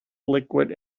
liquid